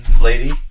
Lady